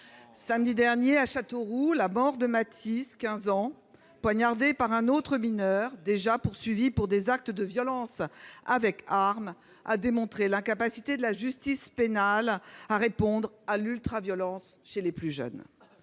Samedi dernier, la mort à Châteauroux de Matisse, 15 ans, poignardé par un autre mineur qui était déjà poursuivi pour des actes de violences avec armes, a montré l’incapacité de la justice pénale à répondre à l’ultraviolence chez les plus jeunes.